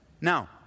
Now